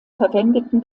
verwendeten